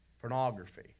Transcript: pornography